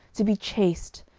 to be chaste,